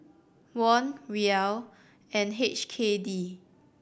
Won Riel and H K D